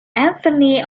anthony